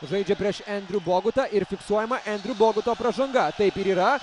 žaidžia prieš endrių bogutą ir fiksuojama endriu boguto pražanga taip ir yra